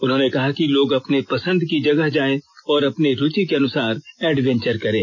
उन्होंने कहा कि लोग अपने पंसद की जगह जायें और अपनी रूचि के अनुसार एडवेंचर करें